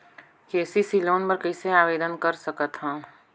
KCC loan बर कइसे आवेदन कर सकथव?